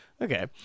Okay